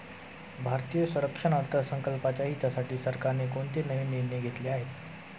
भारतीय संरक्षण अर्थसंकल्पाच्या हितासाठी सरकारने कोणते नवीन निर्णय घेतले आहेत?